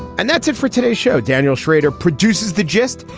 and that's it for today's show. daniel schrader produces the gist.